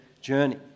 journey